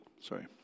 Sorry